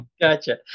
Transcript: Gotcha